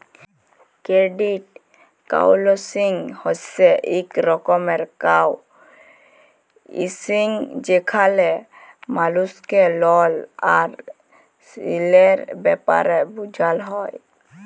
credit counselling হছে ইক রকমের কাউলসেলিংযেখালে মালুসকে লল আর ঋলের ব্যাপারে বুঝাল হ্যয়